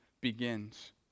begins